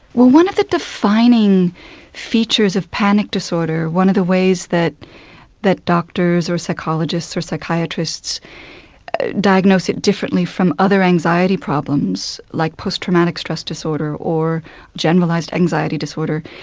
one of the defining features of panic disorder, one of the ways that that doctors or phycologists or psychiatrists diagnose it differently from other anxiety problems, like post traumatic stress disorder or generalised anxiety disorder,